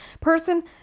person